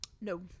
No